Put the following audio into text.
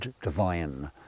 divine